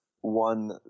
one